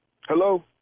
Hello